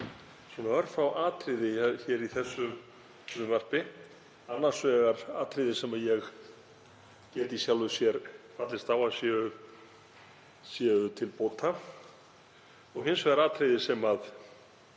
yfir örfá atriði í þessu frumvarpi, annars vegar atriði sem ég get í sjálfu sér fallist á að séu til bóta og hins vegar atriði sem